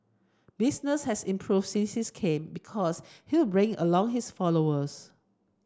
business has improved since he came because he'll bring along his followers